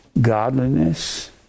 godliness